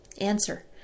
Answer